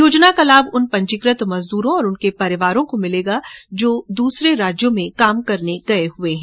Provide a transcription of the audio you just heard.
योजना का लाभ उन पंजीकृत मजदूरों और उनके परिवारों को मिलेगा जो दूसरे राज्यों में गए हुए हैं